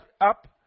up